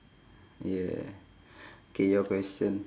yeah K your question